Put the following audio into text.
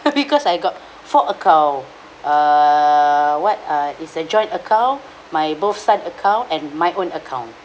because I got four account uh what uh is a joint account my both son's account and my own account